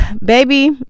Baby